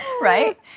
Right